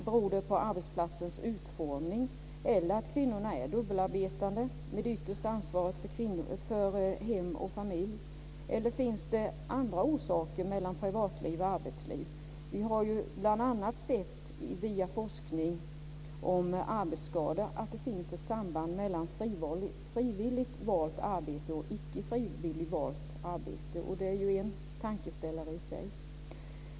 Beror det på arbetsplatsens utformning eller på att kvinnorna är dubbelarbetande med det yttersta ansvaret för hem och familj? Eller finns det andra orsaker mellan privatliv och arbetsliv? Vi har ju bl.a. sett via forskning om arbetsskador att det finns ett samband med frivilligt valt arbete och icke frivilligt valt arbete. Det är ju en tankeställare i sig.